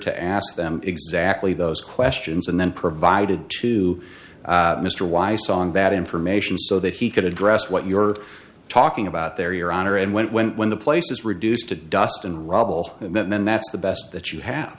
to ask them exactly those questions and then provided to mr weiss on that information so that he could address what you're talking about there your honor and when it went when the place is reduced to dust and rubble and then that's the best that you have